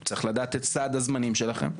הוא צריך לדעת את סד הזמנים שלכם.